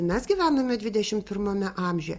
mes gyvename dvidešimt pirmame amžiuje